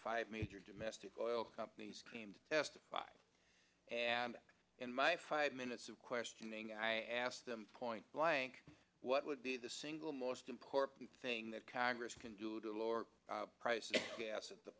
five major domestic oil companies claimed testified and in my five minutes of questioning i asked them point blank what would be the single most important thing that congress can do to lower the price of gas at the